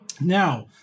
Now